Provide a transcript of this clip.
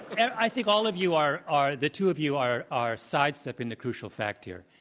and i think all of you are are the two of you are are sidestepping the crucial fact here,